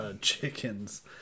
chickens